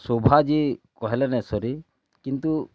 ଶୋଭା ଯେ କହେଲେ ନାଇଁ ସରେ କିନ୍ତୁ